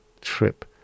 trip